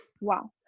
wow